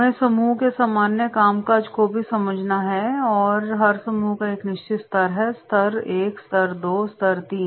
हमें समूह के सामान्य कामकाज को भी समझना होगा हर समूह का एक निश्चित स्तर है स्तर I स्तर II स्तर III